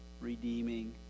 redeeming